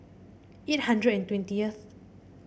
eight hundred and twentieth